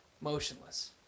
Motionless